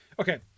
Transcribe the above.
Okay